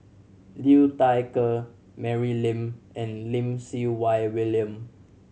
Liu Thai Ker Mary Lim and Lim Siew Wai William